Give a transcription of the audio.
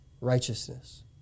righteousness